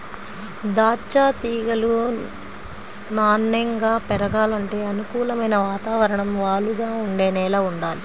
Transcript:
దాచ్చా తీగలు నాన్నెంగా పెరగాలంటే అనుకూలమైన వాతావరణం, వాలుగా ఉండే నేల వుండాలి